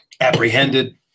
apprehended